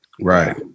Right